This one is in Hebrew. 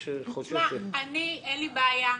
אני, אין לי בעיה.